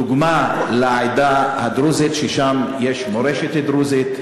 דוגמה: לעדה הדרוזית שלה יש מורשת דרוזית,